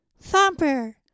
Thumper